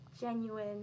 genuine